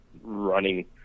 running